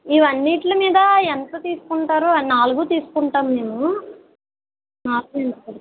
ఇవన్నిటి మీద ఎంత తీసుకుంటారు నాలుగు తీసుకుంటాము మేము నాలుగు